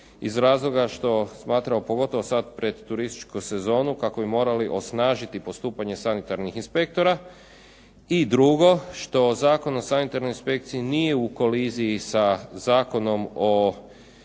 iz razloga što smatramo pogotovo sad pred turističku sezonu kako bi morali osnažiti postupanje sanitarnih inspektora. I drugo što Zakon o sanitarnoj inspekciji nije u koliziji sa Zakonom o